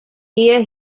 here